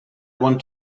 want